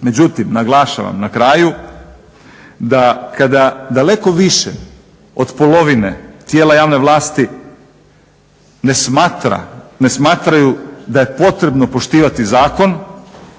Međutim, naglašavam na kraju da kada daleko više od polovine tijela javne vlasti ne smatra, ne smatraju da je potrebno poštivati zakon,